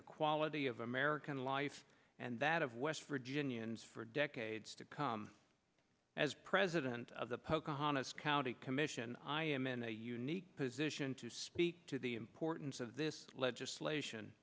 the quality of american life and that of west virginians for decades to come as president of the pocahontas county commission i am in a unique position to speak to the importance of this legislation